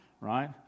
right